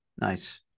Nice